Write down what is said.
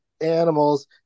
animals